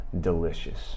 delicious